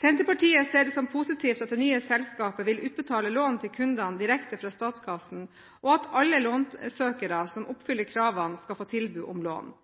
Senterpartiet ser det som positivt at det nye selskapet vil utbetale lån til kundene direkte fra statskassen, og at alle lånsøkere som oppfyller kravene, skal få tilbud om lån.